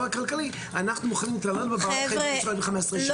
הכלכלי אנחנו מוכנים להתעלל בבעלי חיים עוד 15 שנה.